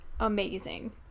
Amazing